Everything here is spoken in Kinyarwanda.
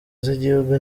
z’igihugu